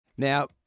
Now